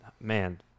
man